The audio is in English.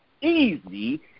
easy